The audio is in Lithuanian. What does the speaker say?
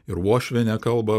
ir uošvėnė kalba